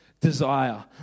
desire